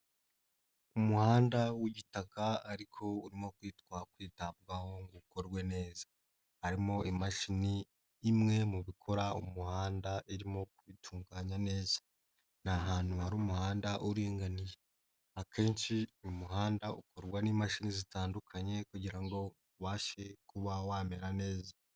Umuhanda w'igitaka ariko urimo kwitwa kwitabwaho ngo ukorwe neza. Harimo imashini imwe mu bikora umuhanda irimo kubitunganya neza. Ni ahantu hari umuhanda uringaniye akenshi umuhanda ukorwa n'imashini zitandukanye kugira ngo ubashe kuba wamera neza.